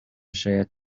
شاید